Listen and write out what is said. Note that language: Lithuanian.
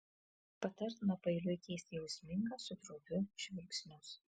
patartina paeiliui keisti jausmingą su droviu žvilgsnius